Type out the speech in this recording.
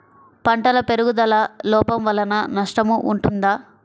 పంటల పెరుగుదల లోపం వలన నష్టము ఉంటుందా?